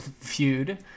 feud